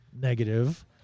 negative